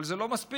אבל זה לא מספיק,